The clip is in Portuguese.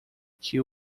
que